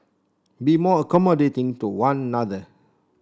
be more accommodating to one other